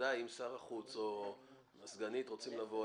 ובוודאי אם שר החוץ או הסגנית רוצים לבוא,